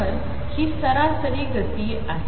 तर ही सरासरी गती आहे